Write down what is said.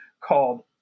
called